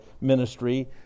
ministry